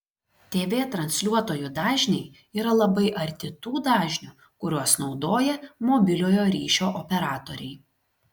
tv transliuotojų dažniai yra labai arti tų dažnių kuriuos naudoja mobiliojo ryšio operatoriai